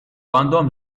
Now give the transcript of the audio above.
għandhom